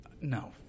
No